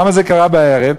למה זה קרה בערב?